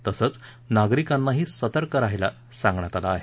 तसंच नागरिकांनाही सतर्क राहण्यास सांगण्यात आलं आहे